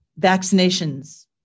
vaccinations